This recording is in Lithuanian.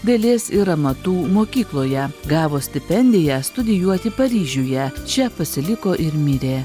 dailės ir amatų mokykloje gavo stipendiją studijuoti paryžiuje čia pasiliko ir mirė